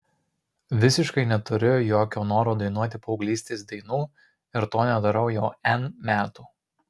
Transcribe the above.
visiškai neturiu jokio noro dainuoti paauglystės dainų ir to nedarau jau n metų